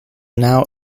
now